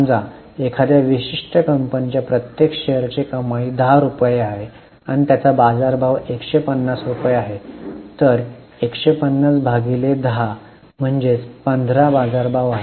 समजा एखाद्या विशिष्ट कंपनीच्या प्रत्येक शेअर्सची कमाई 10 रुपये आहे आणि त्याचा बाजारभाव 150 रुपये आहे तर 150 भागिले 10 म्हणजेच 15् बाजारभाव